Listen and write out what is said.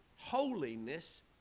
holiness